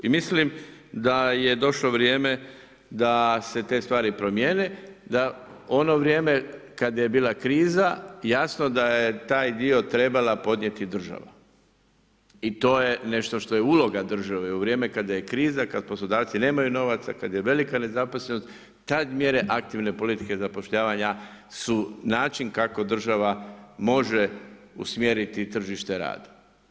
I mislim da je došlo vrijeme da se te stvari promijene, da ono vrijeme kad je bila kriza, jasno da je taj dio trebala podnijeti država i to je nešto što je uloga države, u vrijeme kada je kriza, kad poslodavci nemaju novaca, kad je velika nezaposlenost, tad mjere aktivne politike zapošljavanja su način kako država može usmjeriti tržište rada.